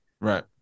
right